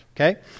okay